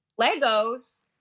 Legos